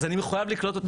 אז אני מחויב לקלוט אותה.